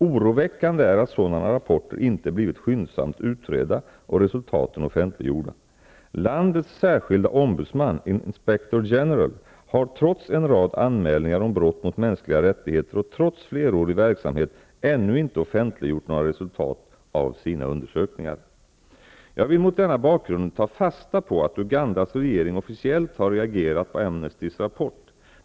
Oroväckande är att sådana rapporter inte blivit skyndsamt utredda och resultaten offentliggjorda. Landets särskilda ombudsman -- Inspector-General -- har trots en rad anmälningar om brott mot mänskliga rättigheter och trots flerårig verksamhet ännu inte offentliggjort några resultat av sina undersökningar. Jag vill mot den bakgrunden ta fasta på att Ugandas regering officiellt har reagerat på Amnestys rapport.